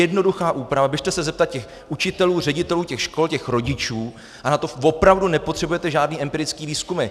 Jednoduchá úprava běžte se zeptat těch učitelů, ředitelů škol, těch rodičů, na to opravdu nepotřebujete žádné empirické výzkumy.